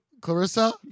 Clarissa